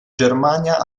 germania